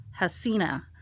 Hasina